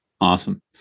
Awesome